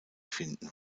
finden